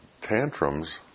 tantrums